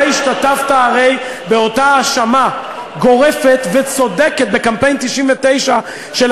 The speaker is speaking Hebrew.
אתה השתתפת הרי באותה האשמה גורפת וצודקת בקמפיין 1999 של